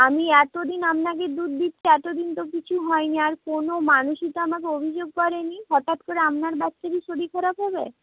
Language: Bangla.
আমি এতো দিন আপনাকে দুধ দিচ্ছি এতো দিন তো কিছু হয় নি আর কোনো মানুষই তো আমাকে অভিযোগ করে নি হঠাৎ করে আপনার বাচ্চারই শরীর খারাপ হবে